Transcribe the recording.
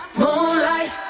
moonlight